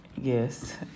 Yes